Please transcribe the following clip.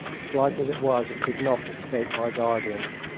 slight as it was it did not escape my guardians.